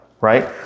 right